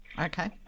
Okay